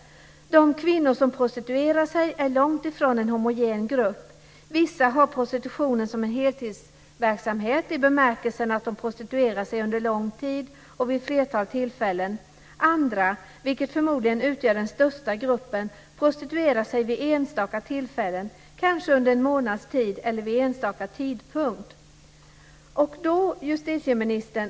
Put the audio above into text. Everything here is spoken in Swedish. De kvinnor som prostituerar sig är långt ifrån en homogen grupp. Vissa har prostitution som en heltidsverksamhet i bemärkelsen att de prostituerar sig under lång tid och vid ett flertal tillfällen. Andra, vilket förmodligen utgör den största gruppen, prostituerar sig vid enstaka tillfällen, kanske under en månads tid eller vid en enstaka tidpunkt.